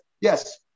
yes